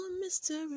mystery